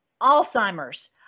Alzheimer's